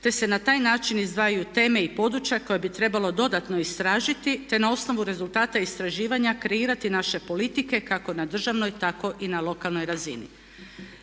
te se na taj način izdvajaju teme i područja koja bi trebalo dodatno istražiti te na osnovu rezultata istraživanja kreirati naše politike kako na državnoj tako i na lokalnoj razini.